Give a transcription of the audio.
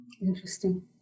Interesting